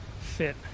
fit